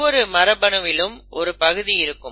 ஒவ்வொரு மரபணுவிலும் ஒரு பகுதி இருக்கும்